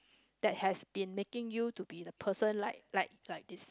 that has been making you to be the person like like like this